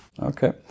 Okay